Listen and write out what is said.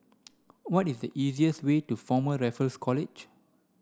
what is the easiest way to Former Raffles College